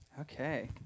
okay